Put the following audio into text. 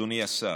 אדוני השר,